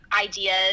ideas